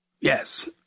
Yes